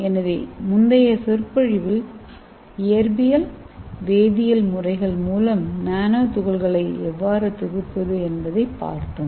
எனவே முந்தைய சொற்பொழிவில் இயற்பியல் வேதியியல் முறைகள் மூலம் நானோதுகள்களை எவ்வாறு தொகுப்பது என்பதைப்பார்த்தோம்